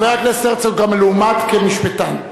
חבר הכנסת הרצוג המלומד כמשפטן,